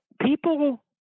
people